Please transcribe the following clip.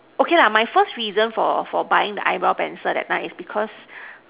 okay lah my first reason for for buying the eyebrow pencil that time is because